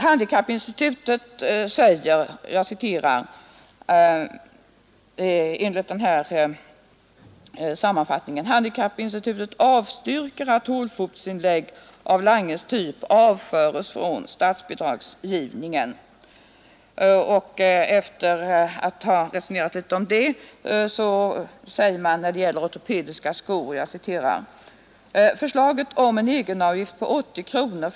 Handikappinstitutet säger enligt sammanfattningen: ”Handikappinstitutet avstyrker att hålfotsinlägg av Langes typ avföres från statsbidragsgivningen.” Efter att ha resonerat litet om detta, säger handikappinstitutet om ortopediska skor: ”Förslaget om en egenavgift på 80 kr.